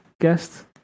guest